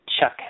Chuck